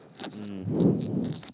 mm